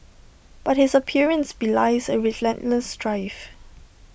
but his appearance belies A relentless drive